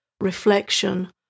reflection